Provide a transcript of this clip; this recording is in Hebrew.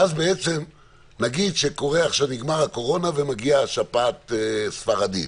ואז בעצם נגיד שעכשיו נגמר הקורונה ומגיעה שפעת ספרדית.